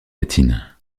latine